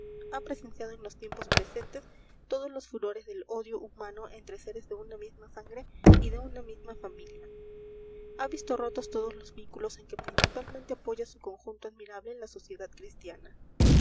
ha presenciado en los tiempos presentes todos los furores del odio humano entre seres de una misma sangre y de una misma familia ha visto rotos todos los vínculos en que principalmente apoya su conjunto admirable la sociedad cristiana